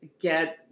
get